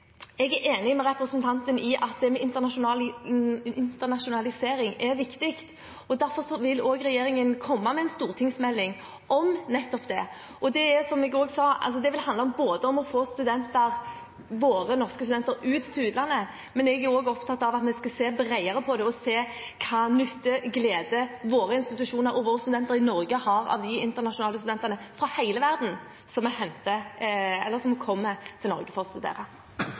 jeg er enig med representanten i at internasjonalisering er viktig, og derfor vil regjeringen komme med en stortingsmelding om det. Som jeg sa, vil det handle om å få våre norske studenter til utlandet, men jeg er også opptatt av at vi skal se bredere på det og se hvilken nytte og glede våre institusjoner og våre studenter i Norge har av de internasjonale studentene fra hele verden som kommer til Norge for å studere. Det åpnes for oppfølgingsspørsmål – Nina Sandberg. Som